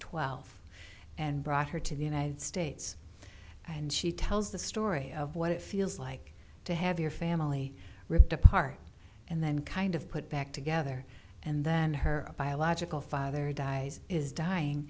twelve and brought her to the united states and she tells the story of what it feels like to have your family ripped apart and then kind of put back together and then her biological father dies is dying